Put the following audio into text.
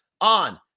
on